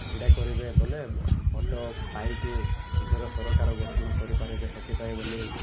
ଏଇଟା କରିବେ ବେବୋଲେ ଭୋଟ ପାଇକି ନିଜର ସରକାର ଗଠନ କରିପାରିବେ ସେଥିପାଇଁ ବୋଲି